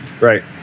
Right